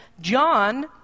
John